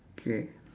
K